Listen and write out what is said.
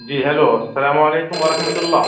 جی hello السلام علیکم و رحمة اللہ